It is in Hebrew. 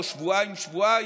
או שבועיים-שבועיים,